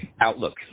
outlook